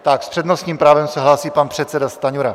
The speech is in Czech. S přednostním právem se hlásí pan předseda Stanjura.